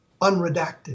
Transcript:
unredacted